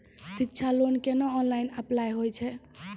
शिक्षा लोन केना online apply होय छै?